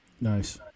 Nice